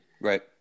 Right